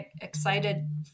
excited